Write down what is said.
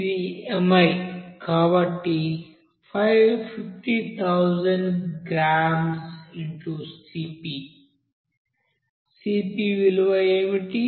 ఇది mi కాబట్టి 50000 గ్రాముల x Cp Cp విలువ ఏమిటి